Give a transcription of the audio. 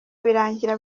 birangira